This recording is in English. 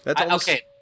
Okay